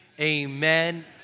amen